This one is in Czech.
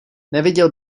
neviděl